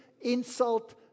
insult